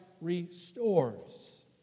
restores